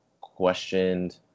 questioned